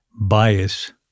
bias